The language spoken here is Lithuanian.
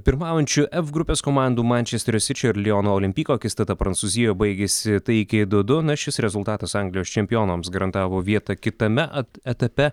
pirmaujančių ef grupės komandų mančesterio sičio ir liono olimpiko akistata prancūzijoje baigėsi taikiai du du na šis rezultatas anglijos čempionams garantavo vietą kitame etape